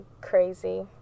crazy